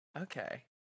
Okay